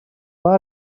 van